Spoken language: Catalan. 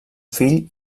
fill